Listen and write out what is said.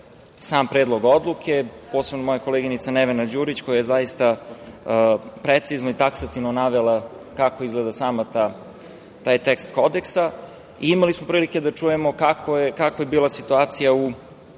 sam Predlog odluke, posebno moja koleginica Nevena Đurić, koja je zaista precizno i taksativno navela kako izgleda sam taj tekst kodeksa i imali smo prilike da čujemo kakva je bila situacija u